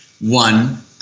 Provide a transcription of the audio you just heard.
one –